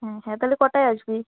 হুম হ্যাঁ তাহলে কটায় আসবি